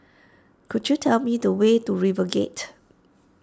could you tell me the way to RiverGate